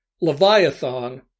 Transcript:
Leviathan